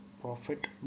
profit